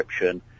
encryption